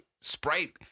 Sprite